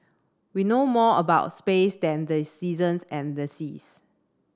we know more about space than the seasons and the seas